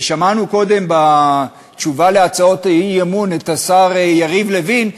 ושמענו קודם בתשובה להצעות האי-אמון את השר יריב לוין,